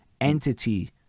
entity